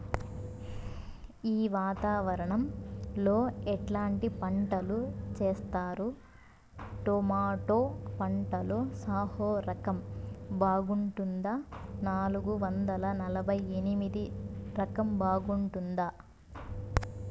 ఈ వాతావరణం లో ఎట్లాంటి పంటలు చేస్తారు? టొమాటో పంటలో సాహో రకం బాగుంటుందా నాలుగు వందల నలభై ఎనిమిది రకం బాగుంటుందా?